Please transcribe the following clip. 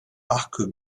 arc